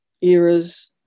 eras